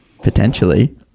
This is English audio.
Potentially